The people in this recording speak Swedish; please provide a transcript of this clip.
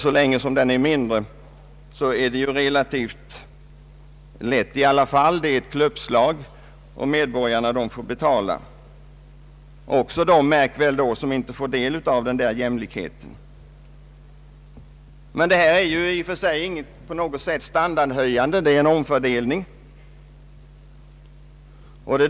Så länge den är mindre är det relativt lätt att nå jämlikhet bara ett klubbslag och medborgarna får betala; märk väl även de som inte får del av jämlikheten. Det är emellertid i och för sig inte standardhöjande — det är en omfördelning.